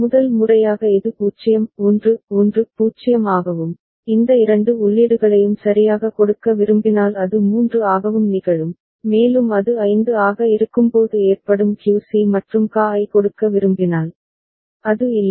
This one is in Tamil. முதல் முறையாக இது 0 1 1 0 ஆகவும் இந்த இரண்டு உள்ளீடுகளையும் சரியாக கொடுக்க விரும்பினால் அது 3 ஆகவும் நிகழும் மேலும் அது 5 ஆக இருக்கும்போது ஏற்படும் QC மற்றும் QA ஐ கொடுக்க விரும்பினால் அது இல்லை